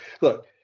Look